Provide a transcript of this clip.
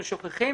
אנחנו שוכחים,